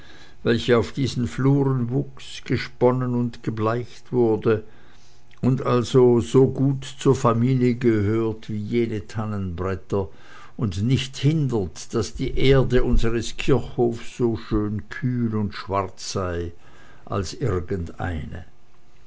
welche auf diesen fluren wuchs gesponnen und gebleicht wurde und also so gut zur familie gehört wie jene tannenbretter und nicht hindert daß die erde unseres kirchhofes so schön kühl und schwarz sei als irgend eine